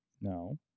No